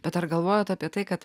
bet ar galvojat apie tai kad